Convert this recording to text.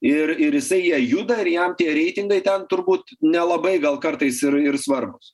ir ir jisai ja juda ir jam tie reitingai ten turbūt nelabai gal kartais ir ir svarbūs